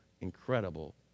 incredible